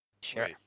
Sure